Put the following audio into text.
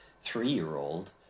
three-year-old